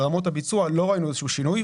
ברמות הביצוע לא ראינו איזשהו שינוי,